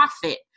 profit